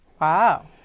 wow